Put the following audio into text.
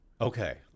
Okay